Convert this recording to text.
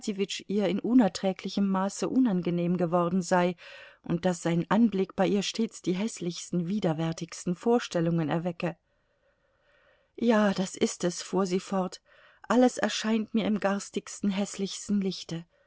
ihr in unerträglichem maße unangenehm geworden sei und daß sein anblick bei ihr stets die häßlichsten widerwärtigsten vorstellungen erwecke ja das ist es fuhr sie fort alles erscheint mir im garstigsten häßlichsten lichte